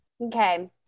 Okay